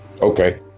Okay